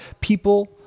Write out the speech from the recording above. people